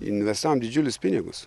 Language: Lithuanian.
investavom didžiulius pinigus